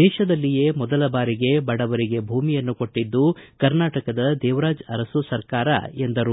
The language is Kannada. ದೇಶದಲ್ಲಿಯೇ ಮೊದಲ ಬಾರಿಗೆ ಬಡವರಿಗೆ ಭೂಮಿಯನ್ನು ಕೊಟ್ಟದ್ದು ಕರ್ನಾಟಕದ ದೇವರಾಜು ಅರಸು ಸರ್ಕಾರ ಎಂದರು